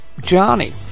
Johnny